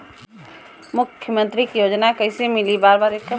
मुख्यमंत्री के योजना कइसे मिली?